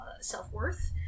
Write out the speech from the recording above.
self-worth